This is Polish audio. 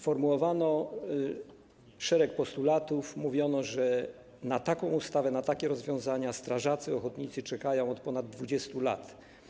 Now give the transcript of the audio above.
Formułowano szereg postulatów, mówiono, że na taką ustawę, na takie rozwiązania strażacy ochotnicy czekają od ponad 20 lat.